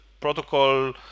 protocol